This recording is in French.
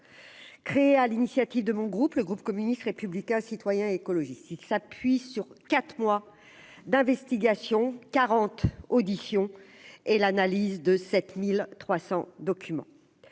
créé à l'initiative de mon groupe, le groupe communiste, républicain, citoyen et écologiste, il s'appuie sur 4 mois d'investigations, 40 auditions et l'analyse de 7300 documents,